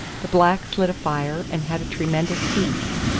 the blacks lit a fire and had a tremendous feast,